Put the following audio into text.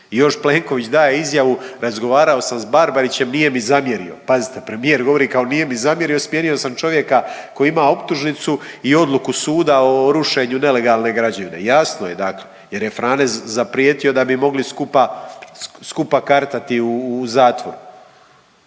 još Plenković daje izjavu razgovarao sam sa Barbarićem nije mi zamjerio. Pazite premijer govori kao nije mi zamjerio, smijenio sam čovjeka koji ima optužnicu i odluku suda o rušenju nelegalne građevine. Jasno je dakle, jer je Frane zaprijetio da bi mogli skupa kartati u zatvoru.